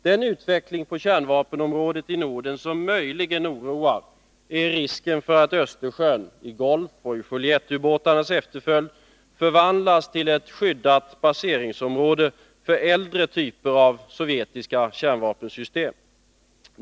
Den utveckling på kärnvapenområdet i Norden som möjligen oroar är risken för att Östersjön — i Golfoch Juliettbåtarnas efterföljd — förvandlas till ett skyddat baseringsområde för äldre typer av sovjetiska kärnvapensystem.